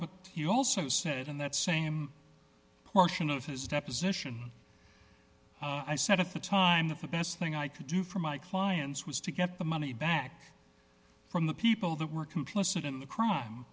he also said in that same portion of his deposition i said at the time that the best thing i could do for my clients was to get the money back from the people that were complicit in the crime